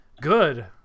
Good